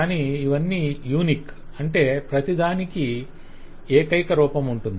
కానీ ఇవన్నీ యూనిక్ అంటే ప్రతిదానికి ఏకైక రూపం ఉంటుంది